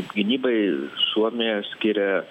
gynybai suomija skiria